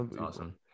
Awesome